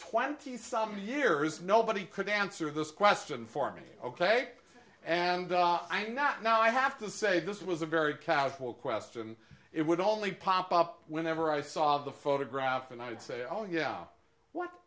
twenty some years nobody could answer this question for me ok and i'm not now i have to say this it was a very casual question it would only pop up whenever i saw the photograph and i would say oh yeah what